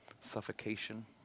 suffocation